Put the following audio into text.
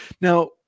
now